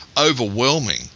overwhelming